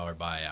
buyout